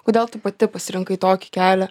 kodėl tu pati pasirinkai tokį kelią